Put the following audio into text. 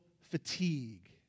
fatigue